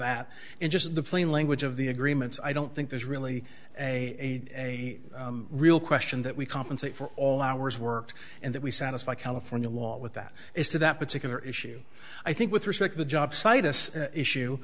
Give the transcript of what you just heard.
that in just the plain language of the agreements i don't think there's really a real question that we compensate for all hours worked and that we satisfy california law with that is to that particular issue i think with respect to the jobsite us issue